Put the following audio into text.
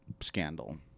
scandal